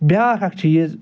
بیاکھ اَکھ چیٖز